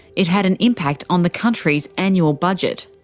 it had an impact on the country's annual budget.